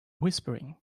whispering